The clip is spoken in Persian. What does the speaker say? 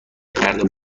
نکرده